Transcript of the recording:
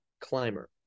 climber